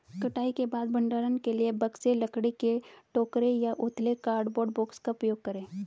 कटाई के बाद भंडारण के लिए बक्से, लकड़ी के टोकरे या उथले कार्डबोर्ड बॉक्स का उपयोग करे